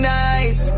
nice